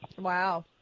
Wow